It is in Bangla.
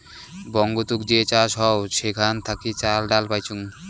বঙ্গতুক যে চাষ হউ সেখান থাকি চাল, ডাল পাইচুঙ